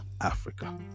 africa